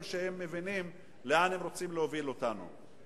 שהם מבינים לאן הם רוצים להוביל אותנו.